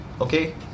okay